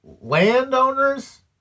landowners